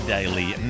Daily